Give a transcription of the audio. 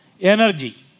Energy